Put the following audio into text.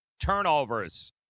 turnovers